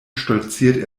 stolzierte